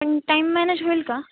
पण time manage होईल का